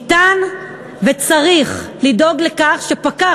ניתן וצריך לדאוג לכך שפקח,